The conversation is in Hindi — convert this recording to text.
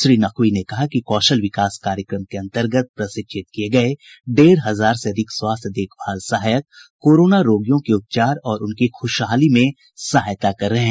श्री नकवी ने कहा है कि कौशल विकास कार्यक्रम के अंतर्गत प्रशिक्षित किए गए डेढ़ हजार से अधिक स्वास्थ्य देखभाल सहायक कोरोना रोगियों के उपचार और उनकी खुशहाली में सहायता कर रहे हैं